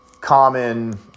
common